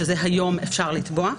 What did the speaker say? שהיום אפשר לתבוע,